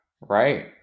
right